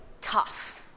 tough